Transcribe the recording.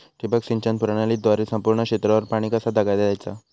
ठिबक सिंचन प्रणालीद्वारे संपूर्ण क्षेत्रावर पाणी कसा दयाचा?